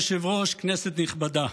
אדוני היושב-ראש, כנסת נכבדה,